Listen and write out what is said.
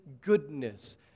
goodness